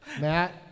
Matt